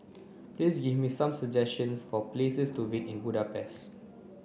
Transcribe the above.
please give me some suggestions for places to visit in Budapest